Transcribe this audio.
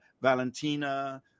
Valentina